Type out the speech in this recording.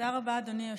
רבה, אדוני היושב-ראש.